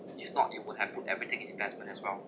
if not you would have put everything in investment as well